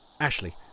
Ashley